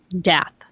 death